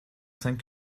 cinq